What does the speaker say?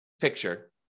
picture